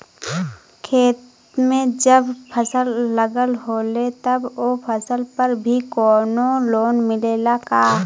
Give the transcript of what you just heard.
खेत में जब फसल लगल होले तब ओ फसल पर भी कौनो लोन मिलेला का?